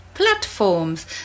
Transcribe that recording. Platforms